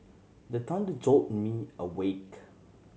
the thunder jolt me awake